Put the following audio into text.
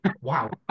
wow